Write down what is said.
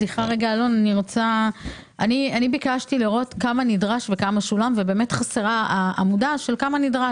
אני ביקשתי לראות כמה נדרש וכמה שולם ובאמת חסרה העמודה של כמה נדרש.